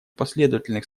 последовательных